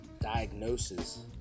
diagnosis